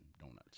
donuts